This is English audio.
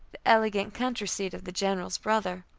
the elegant country-seat of the general's brother.